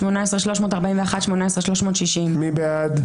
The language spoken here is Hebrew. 18,021 עד 18,040. מי בעד?